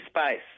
space